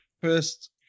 First